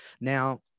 Now